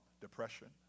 Depression